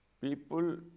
People